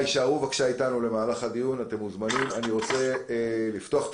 רשמנו בפנינו שעמדת היועץ תומכת בהמלצה הזאת